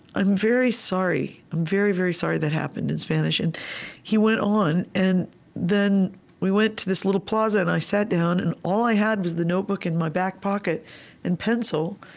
i'm very sorry. i'm very, very sorry that happened, in spanish, and he went on and then we went to this little plaza, and i sat down, and all i had was the notebook in my back pocket and pencil.